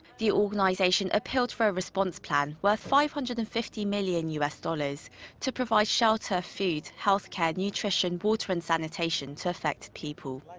the organization appealed for a response plan worth five hundred and fifty million u s. dollars to provide shelter, food, healthcare, nutrition, water and sanitation to affected people.